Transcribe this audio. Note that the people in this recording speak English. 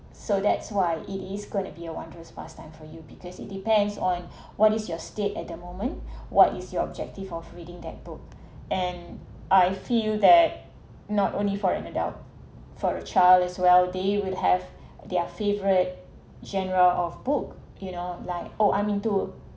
so that's why it is gonna be a wanderers pastime time for you because it depends on what is your state at the moment what is your objective of reading that book and I feel that not only for an adult for a child as well they will have their favourite genre of book you know like oh I'm into